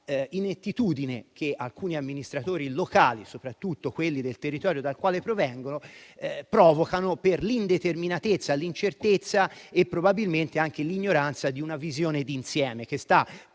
nell'inettitudine di alcuni amministratori locali, soprattutto quelli del territorio dal quale provengo, per l'indeterminatezza, l'incertezza e probabilmente anche l'ignoranza di una visione d'insieme che sta